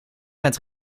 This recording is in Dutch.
met